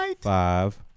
five